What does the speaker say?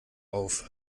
auf